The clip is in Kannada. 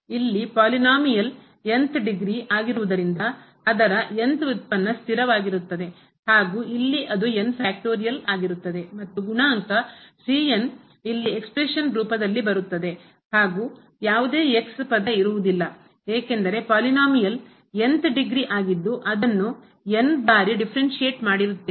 ಇಲ್ಲಿ ಪಾಲಿನೋಮಿಯಲ್ ಬಹುಪದದ th ಡಿಗ್ರಿ ಪದವಿ ಆಗಿರುವುದರಿಂದ ಅದರ th ವ್ಯುತ್ಪನ್ನ ಸ್ಥಿರ ವಾಗಿರುತ್ತದೆ ಹಾಗೂ ಇಲ್ಲಿ ಅದು ಆಗಿರುತ್ತದೆ ಮತ್ತು ಗುಣಾಂಕ ಇಲ್ಲಿ ಎಕ್ಸ್ಪ್ರೆಶನ್ ಅಭಿವ್ಯಕ್ತಿಯ ರೂಪದಲ್ಲಿ ಬರುತ್ತದೆ ಹಾಗೂ ಯಾವುದೇ ಪದ ಇರುವುದಿಲ್ಲ ಏಕೆಂದರೆ ಪಾಲಿನೋಮಿಯಲ್ ಬಹುಪದದ th ಡಿಗ್ರಿ ಪದವಿ ಆಗಿದ್ದು ಅದನ್ನ ಬಾರಿ ಡಿಫರೆನ್ಸಿಯಟ್ ಮಾಡಿರುತ್ತೇವೆ